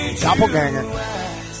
Doppelganger